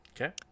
Okay